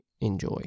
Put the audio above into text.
enjoy